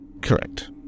Correct